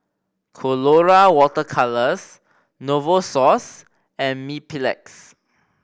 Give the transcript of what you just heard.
Colora Water Colours Novosource and Mepilex